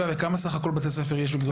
וכמה בתי ספר יש בסך הכול במזרח ירושלים?